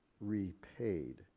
repaid